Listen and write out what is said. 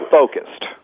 focused